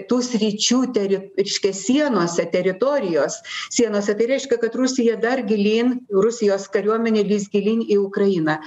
tų sričių teri reiškia sienose teritorijos sienose tai reiškia kad rusija dar gilyn rusijos kariuomenė lys gilyn į ukrainą